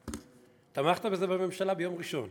לא, זו תשובה, תמכת בזה בממשלה ביום ראשון.